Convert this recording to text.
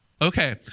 Okay